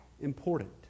important